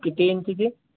किती इंचीची